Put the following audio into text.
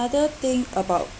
thing about